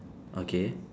okay